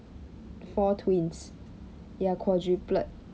four twins ya quadruplet